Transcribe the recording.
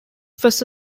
first